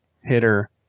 hitter